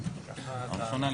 בפניכם,